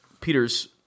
Peter's